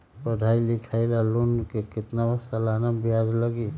पढाई लिखाई ला लोन के कितना सालाना ब्याज लगी?